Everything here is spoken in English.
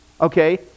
okay